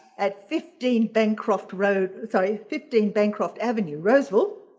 at fifteen bancroft road, sorry fifteen bancroft avenue, roseville,